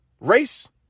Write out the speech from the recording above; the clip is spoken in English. race